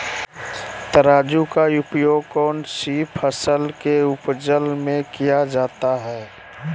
तराजू का उपयोग कौन सी फसल के उपज में किया जाता है?